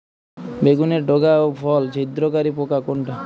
বেগুনের ডগা ও ফল ছিদ্রকারী পোকা কোনটা?